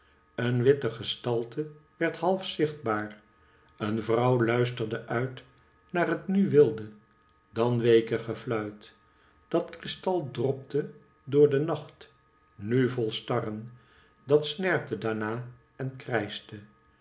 een witte gestalte werd half zichtbaar een vrouw luisterde uit naar het nu wilde dan weeke gefluit dat kristal dropte door de nacht nu vol starren dat snerpte daarna en krijschte